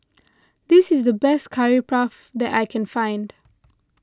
this is the best Curry Puff that I can find